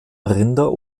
rinder